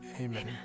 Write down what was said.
Amen